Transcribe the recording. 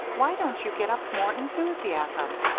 why don't you get up more enthusiasm?